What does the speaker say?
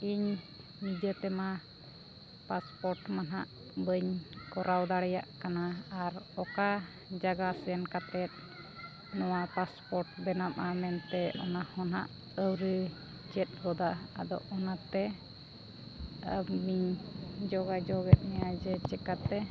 ᱤᱧ ᱱᱤᱡᱮᱛᱮᱢᱟ ᱯᱟᱥᱯᱳᱨᱴ ᱢᱟᱦᱟᱜ ᱱᱟᱦᱟᱜ ᱵᱟᱹᱧ ᱠᱚᱨᱟᱣ ᱫᱟᱲᱮᱭᱟᱜ ᱠᱟᱱᱟ ᱟᱨ ᱚᱠᱟ ᱡᱟᱭᱜᱟ ᱥᱮᱱ ᱠᱟᱛᱮᱫ ᱱᱚᱣᱟ ᱯᱟᱥᱯᱳᱨᱴ ᱵᱮᱱᱟᱣᱜᱼᱟ ᱢᱮᱱᱛᱮ ᱚᱱᱟ ᱠᱚ ᱱᱟᱦᱟᱜ ᱟᱹᱣᱨᱤ ᱪᱮᱫ ᱜᱚᱫᱟ ᱟᱫᱚ ᱚᱱᱟᱛᱮ ᱟᱹᱵᱤᱱ ᱤᱧ ᱡᱳᱜᱟᱡᱳᱜᱽ ᱮᱫ ᱢᱮᱭᱟ ᱡᱮ ᱪᱮᱠᱟᱛᱮ